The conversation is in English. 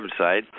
website